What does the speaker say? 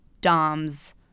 doms